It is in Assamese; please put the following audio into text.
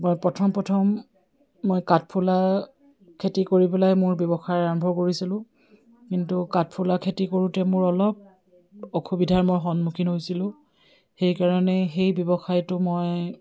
মই প্ৰথম প্ৰথম মই কাঠফুলা খেতি কৰি পেলাই মোৰ ব্যৱসায় আৰম্ভ কৰিছিলোঁ কিন্তু কাঠফুলা খেতি কৰোঁতে মোৰ অলপ অসুবিধাৰ মই সন্মুখীন হৈছিলোঁ সেইকাৰণে সেই ব্যৱসায়টো মই